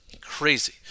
Crazy